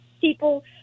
people